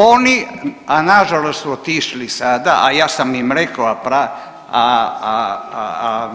Oni, a nažalost su otišli sada, a ja sam im rekao, a